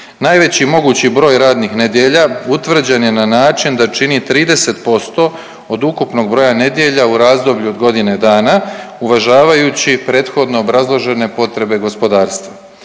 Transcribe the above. Najveći mogući broj radnih nedjelja utvrđen je na način da čini 30% od ukupnog broja nedjelja u razdoblju od godine dana uvažavajući prethodno obrazložene potrebe gospodarstva.